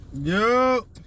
Yo